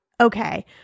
okay